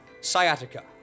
sciatica